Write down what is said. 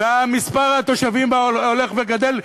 ומספר התושבים בה הולך וגדל,